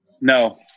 No